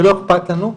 שלא אכפת לנו,